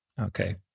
Okay